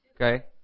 Okay